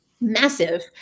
massive